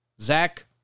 Zach